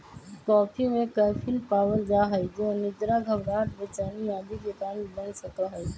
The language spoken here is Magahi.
कॉफी में कैफीन पावल जा हई जो अनिद्रा, घबराहट, बेचैनी आदि के कारण बन सका हई